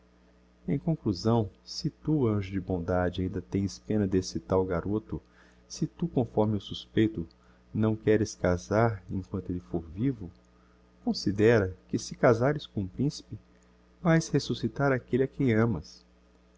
em conclusão se tu anjo de bondade ainda tens pena d'esse tal garoto se tu conforme eu suspeito não queres casar emquanto elle fôr vivo considera que se casares com o principe vaes resuscitar aquelle a quem amas